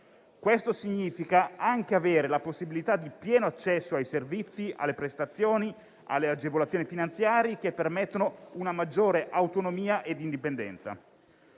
Ciò significa anche avere la possibilità di pieno accesso ai servizi, alle prestazioni e alle agevolazioni finanziarie che permettono una maggiore autonomia e indipendenza,